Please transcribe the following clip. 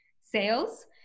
sales